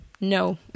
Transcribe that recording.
no